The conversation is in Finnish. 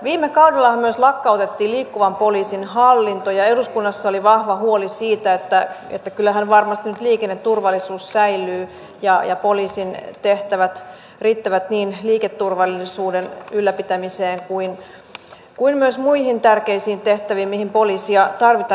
viime kaudella myös lakkautettiin liikkuvan poliisin hallinto ja eduskunnassa oli vahva huoli siitä että kyllähän varmasti nyt liikenneturvallisuus säilyy ja poliisin tehtävät riittävät niin liikenneturvallisuuden ylläpitämiseen kuin myös muihin tärkeisiin tehtäviin mihin poliisia tarvitaan